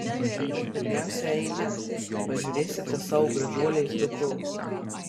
bet pirmiausia eime pažiūrėsite savo gražuolės dukros